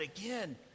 again